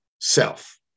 self